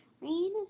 Rain